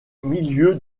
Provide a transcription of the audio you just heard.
milieu